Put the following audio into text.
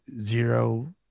zero